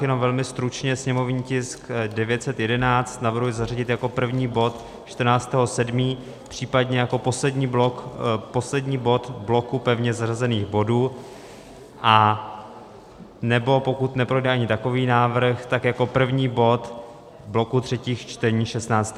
Jenom velmi stručně, sněmovní tisk 911 navrhuji zařadit jako první bod 14. 7., případně jako poslední bod v bloku pevně zařazených bodů, nebo, pokud neprojde ani takový návrh, tak jako první bod bloku třetích čtení 16. 7.